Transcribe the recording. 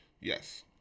Yes